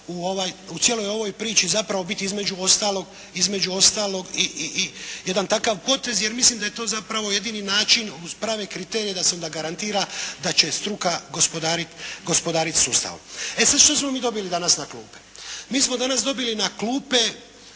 u cijeloj ovoj priči zapravo biti između ostalog i jedan takav potez, jer mislim da je to zapravo jedini način uz prave kriterije da se garantira da će struka gospodariti sustavom. E sada što smo mi dobili danas na klupe? Mi smo danas dobili na klupe